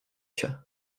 się